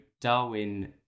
Darwin